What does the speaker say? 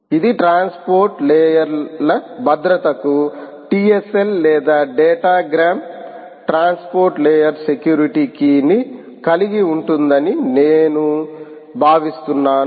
ఇది transport layer ల భద్రతకు టిఎల్ఎస్ లేదా datagram transport layer security key ని కలిగి ఉంటుందని నేను భావిస్తున్నాను